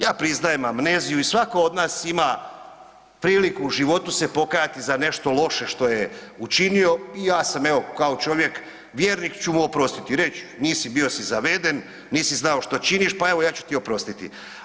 Ja priznajem amneziju i svako od nas ima priliku u životu se pokajati za nešto loše što je učinio i ja sam evo kao čovjek vjernik ću mu oprostiti i reći bio si zaveden, nisi znao što činiš pa evo ja ću ti oprostiti.